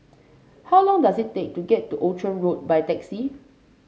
how long does it take to get to Outram Road by taxi